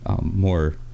more